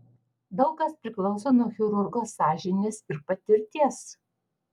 daug kas priklauso nuo chirurgo sąžinės ir patirties